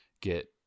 get